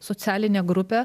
socialinė grupė